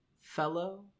fellow